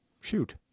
Shoot